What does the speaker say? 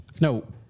No